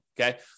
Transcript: okay